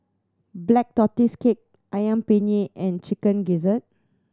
Black Tortoise Cake Ayam Penyet and Chicken Gizzard